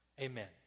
Amen